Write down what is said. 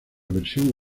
versión